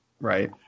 Right